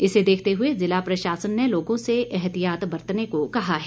इसे देखते हए ज़िला प्रशासन ने लोगों से एहतियात बरतने को कहा है